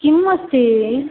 किम् अस्ति